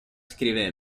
scrive